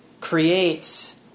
creates